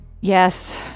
Yes